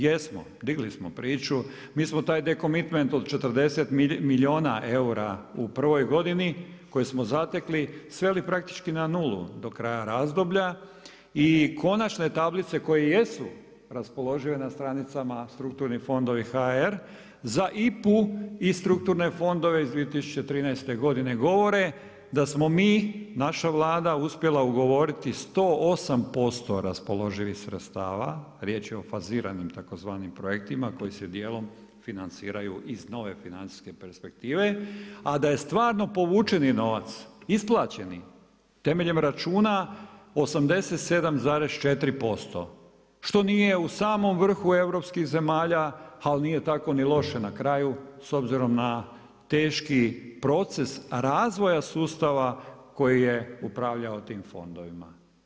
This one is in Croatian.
Jesmo digli smo priču, mi smo taj dekomintment od 40 milijuna eura u prvoj godini koje smo zatekli sveli praktički na nulu do kraja razdoblja i konačne tablice koje jesu raspoložive na stranicama strukturni fondovi.hr za IPA-u i strukturne fondove iz 2013. godine govore da smo mi naša vlada uspjela ugovoriti 108% raspoloživih sredstava, riječ je faziranim tzv. projektima koji se dijelom financiraju iz nove financijske perspektive, a da je stvarno povučeni novac, isplaćeni temeljem računa 87,4% što nije u samom vrhu europskih zemalja, ali nije tako ni loše na kraju s obzirom na teški proces razvoja sustava koji je upravljao tim fondovima.